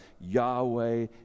Yahweh